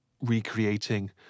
recreating